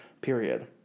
period